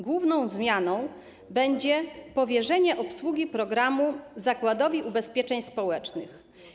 Główną zmianą będzie powierzenie obsługi programu Zakładowi Ubezpieczeń Społecznych.